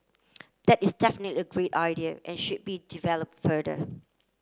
that is definitely a great idea and should be develop further